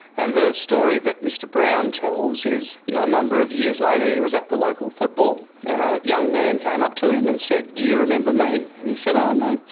and the story that mr brown tells is you know a number of years later he was at the local football and a young man came up to him and said, do you remember me? and he said, um no,